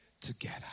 together